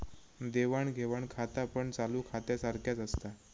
देवाण घेवाण खातापण चालू खात्यासारख्याच असता